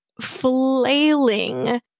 flailing